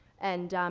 and, um,